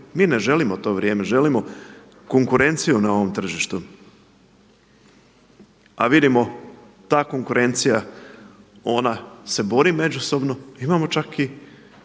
Mi ne želimo to vrijeme, želimo konkurenciju na ovom tržištu. A vidimo ta konkurencija, ona se bori međusobno. Imamo čak i